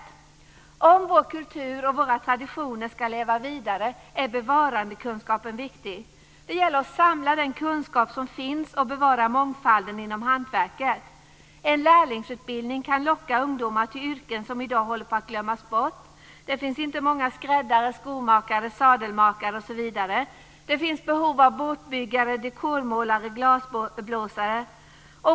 För att vår kultur och våra traditioner ska leva vidare är bevarandekunskapen viktig. Det gäller att samla den kunskap som finns och att bevara mångfalden inom hantverket. En lärlingsutbildning kan locka ungdomar till yrken som i dag håller på att glömmas bort. Det finns inte många skräddare, skomakare, sadelmakare osv. Det finns behov av båtbyggare, dekormålare och glasblåsare.